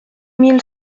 mille